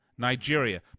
Nigeria